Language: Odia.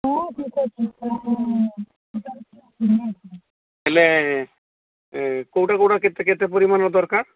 ହଁ ହେଲେ କେଉଁଟା କେଉଁଟା କେତେ କେତେ ପରିମାଣର ଦରକାର